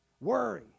Worry